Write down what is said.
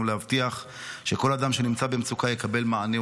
להבטיח שכל אדם שנמצא במצוקה יקבל מענה,